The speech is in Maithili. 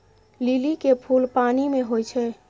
लिली के फुल पानि मे होई छै